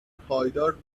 پایدار